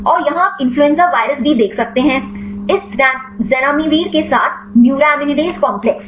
और यहां आप इन्फ्लूएंजा वायरस बी देख सकते हैं इस ज़नामिविर के साथ न्यूरोमिनिडेस कॉम्प्लेक्स